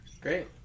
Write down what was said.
Great